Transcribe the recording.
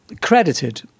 credited